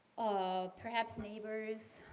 um perhaps neighbors,